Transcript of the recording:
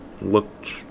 looked